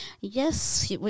yes